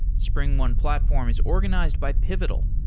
springone platform is organized by pivotal,